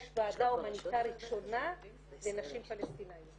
יש ועדה הומניטרית שונה לנשים פלשתינאיות.